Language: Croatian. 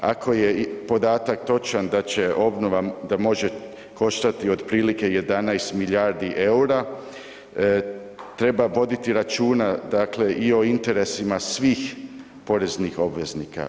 Ako je podatak točan da obnova može koštati otprilike 11 milijardi eura, treba voditi računa i o interesima svih poreznih obveznika.